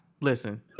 Listen